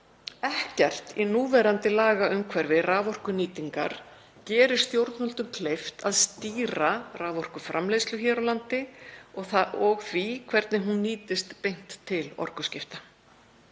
Ekkert í núverandi lagaumhverfi raforkunýtingar gerir stjórnvöldum kleift að stýra raforkuframleiðslu hér á landi þannig að hún nýtist beint til orkuskipta.